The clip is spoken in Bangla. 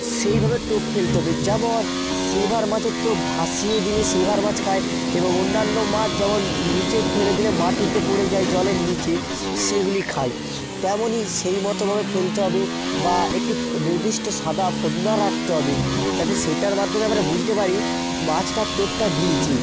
সেইভাবে টোপ ফেলতে হবে যেমন সিলভার মাছের টোপ ভাসিয়ে দিলে সিলভার মাছ খায় এবং অন্যান্য মাছ যেমন নিচে ফেলে দিলে মাটিতে পড়ে যায় জলের নিচে সেইগুলি খায় তেমনই সেইমতো ভাবে ফেলতে হবে বা একটি নির্দিষ্ট সাদা ফাতনা রাখতে হবে যাতে সেটার মাধ্যমে আমরা বুঝতে পারি মাছটা টোপটা গিলছে